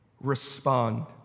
respond